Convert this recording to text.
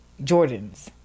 Jordans